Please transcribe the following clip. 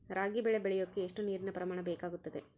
ರಾಗಿ ಬೆಳೆ ಬೆಳೆಯೋಕೆ ಎಷ್ಟು ನೇರಿನ ಪ್ರಮಾಣ ಬೇಕಾಗುತ್ತದೆ?